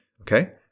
Okay